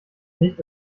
nicht